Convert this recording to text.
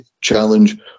challenge